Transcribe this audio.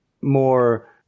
more